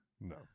No